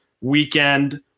weekend